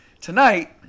tonight